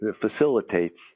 facilitates